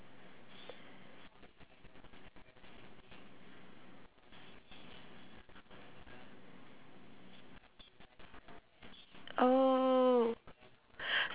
oh